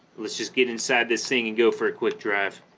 let's just get inside this thing and go for a quick drive